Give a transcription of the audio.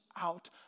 out